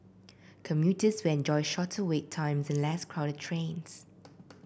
commuters when enjoy shorter wait times and less crowded trains